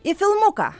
į filmuką